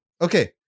Okay